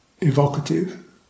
evocative